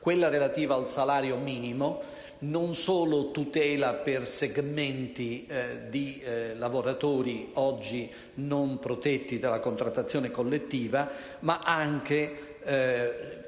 quella relativa al salario minimo, che non solo è una tutela per segmenti di lavoratori oggi non protetti dalla contrattazione collettiva, ma è anche